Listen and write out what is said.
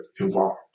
involved